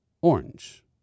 Orange